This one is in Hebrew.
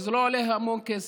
וזה לא עולה המון כסף.